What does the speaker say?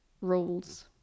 roles